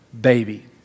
baby